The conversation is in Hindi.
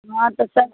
नौ दस हज़ार